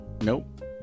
nope